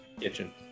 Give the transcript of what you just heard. kitchen